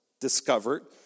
discovered